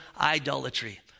idolatry